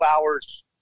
hours